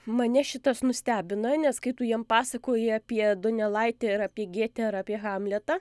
mane šitas nustebino nes kai tu jiem pasakoji apie donelaitį ir apie gėtę ir apie hamletą